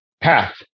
path